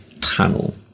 tunnel